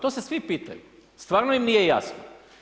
To se svi pitaju, stvarno im nije jasno.